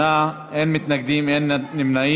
בעד, 38, אין מתנגדים, אין נמנעים.